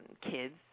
kids